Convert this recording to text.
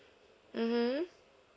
mmhmm